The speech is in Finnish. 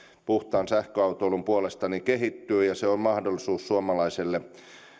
puhtaan sähköautoilun puolesta kehittyy ja se on mahdollisuus suomalaiselle